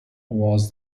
was